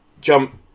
jump